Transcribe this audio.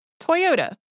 Toyota